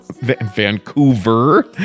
Vancouver